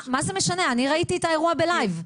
אני ראיתי את האירוע בלייב.